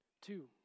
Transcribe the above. Two